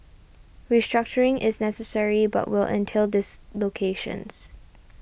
restructuring is necessary but will entail dislocations